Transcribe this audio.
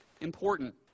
important